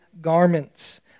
garments